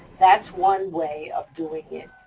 that's one way of doing it.